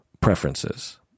preferences